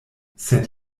sed